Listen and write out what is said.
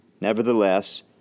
Nevertheless